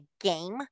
game